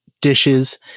dishes